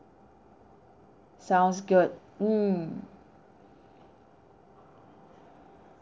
sounds good mm